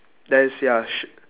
there is ya shoot